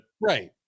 right